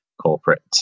corporate